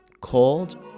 called